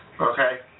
Okay